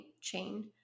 chain